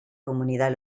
comunidad